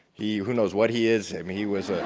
he who knows what he is. i mean, he was a